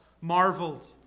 marveled